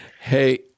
Hey